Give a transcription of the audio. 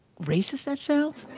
racist that sounds